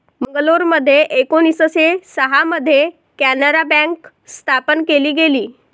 मंगलोरमध्ये एकोणीसशे सहा मध्ये कॅनारा बँक स्थापन केली गेली